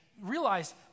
realize